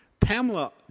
Pamela